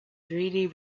three